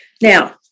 Now